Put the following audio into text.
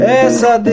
essa